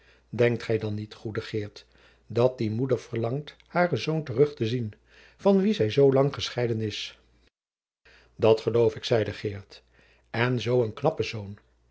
denkt gij dan niet goede geert dat die moeder verlangt haren zoon terug te zien van wien zij zoo lang gescheiden is dat geloof ik zeide geert en zoo een knappen zoon